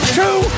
two